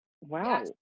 wow